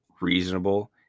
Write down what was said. reasonable